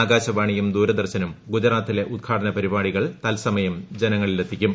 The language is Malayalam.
ആകാശവാണിയും ദൂരദർശനും ശൂജറാത്തിലെ ഉദ്ഘാടന പരിപാടികൾ തത്സമയം ജനങ്ങളിലെത്തിക്കും